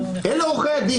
אדוני היושב ראש,